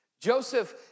Joseph